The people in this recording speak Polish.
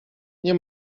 nie